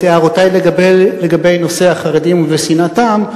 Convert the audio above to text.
את הערותי לגבי נושא החרדים ושנאתם,